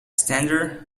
standard